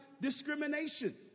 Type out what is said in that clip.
discrimination